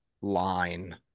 line